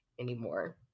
anymore